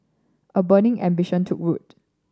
a burning ambition took root